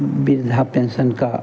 वृद्धा पेंसन का